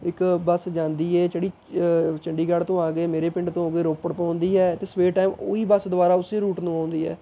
ਇੱਕ ਬੱਸ ਜਾਂਦੀ ਏ ਜਿਹੜੀ ਚੰਡੀਗੜ੍ਹ ਤੋਂ ਆ ਕੇ ਮੇਰੇ ਪਿੰਡ ਤੋਂ ਅੱਗੇ ਰੋਪੜ ਤੋਂ ਆਉਂਦੀ ਹੈ ਅਤੇ ਸਵੇਰ ਟਾਈਮ ਉਹ ਹੀ ਬੱਸ ਦੁਬਾਰਾ ਉਸੇ ਰੂਟ ਨੂੰ ਆਉਂਦੀ ਹੈ